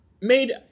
made